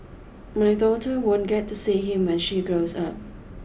my daughter won't get to see him when she grows up